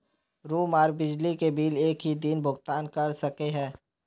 Room आर बिजली के बिल एक हि दिन भुगतान कर सके है?